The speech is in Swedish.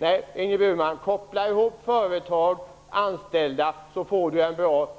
Nej, Ingrid Burman, koppla ihop företag och anställda så får ni en bra